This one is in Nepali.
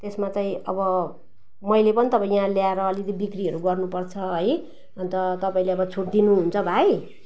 त्यसमा चाहिँ अब मैले पनि त अब यहाँ ल्याएर अलिकति बिक्रीहरू गर्नुपर्छ है अनि त तपाईँले अब छुट दिनुहुन्छ भाइ